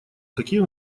какие